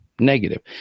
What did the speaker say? negative